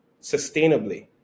sustainably